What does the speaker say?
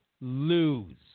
lose